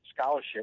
scholarship